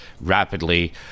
rapidly